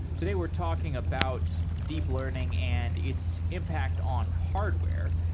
today we're talking about deep learning and its impact on hardware,